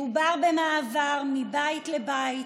מדובר במעבר מבית לבית.